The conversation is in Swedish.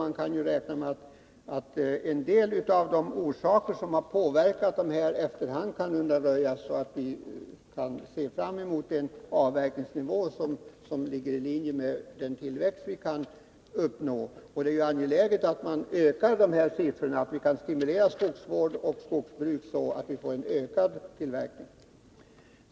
Man kan räkna med att en del av de orsaker som har påverkat situationen kan undanröjas efter hand, så att vi kan se fram mot en avverkningsnivå som ligger i linje med den tillväxt vi kan uppnå. Det är ju angeläget att vi kan stimulera skogsvård och skogsbruk så att vi får en ökad tillverkning.